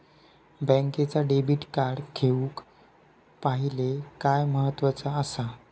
बँकेचा debit card घेउक पाहिले काय महत्वाचा असा?